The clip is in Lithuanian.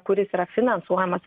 kuris yra finansuojamas